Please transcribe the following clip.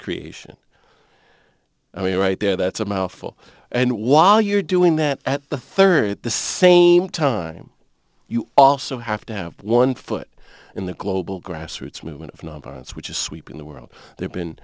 creation i mean right there that's a mouthful and while you're doing that at the third at the same time you also have to have one foot in the global grassroots movement of nonviolence which is sweeping the world they've been